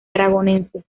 aragoneses